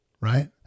right